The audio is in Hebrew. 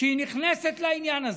שהיא נכנסת לעניין הזה,